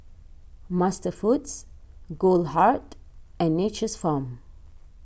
MasterFoods Goldheart and Nature's Farm